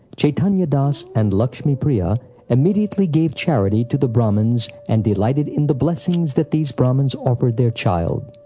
chaitanya das and lakshmi-priya immediately gave charity to the brahmins and delighted in the blessings that these brahmins offered their child.